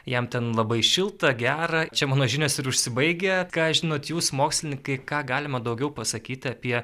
jam ten labai šilta gera čia mano žinios ir užsibaigia ką žinot jūs mokslininkai ką galima daugiau pasakyti apie